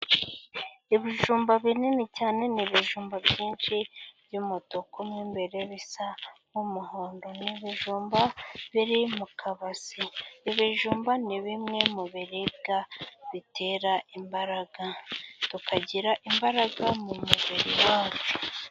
Ibijumba binini cyane, ni ibijumba byinshi by'umutuku mo imbere bisa nk'umuhondo. Ibijumba ni bimwe mu biribwa bitera imbaraga, tukagira imbaraga mu mubiri wacu.